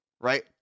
Right